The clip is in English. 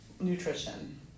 Nutrition